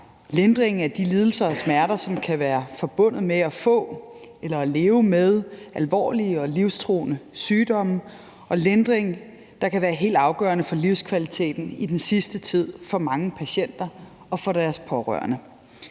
lindring af de lidelser og smerter, som kan være forbundet med at få eller leve med alvorlige og livstruende sygdomme; en lindring, der kan være helt afgørende for livskvaliteten i den sidste tid for mange patienter og for deres pårørende.